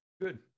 good